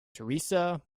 teresa